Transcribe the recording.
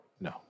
No